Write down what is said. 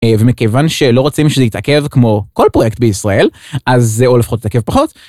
ומכיוון שלא רוצים שזה יתעכב כמו כל פרויקט בישראל, אז זה או לפחות יתעכב פחות.